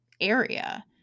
area